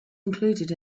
included